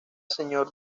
señor